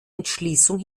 entschließung